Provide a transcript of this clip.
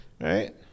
right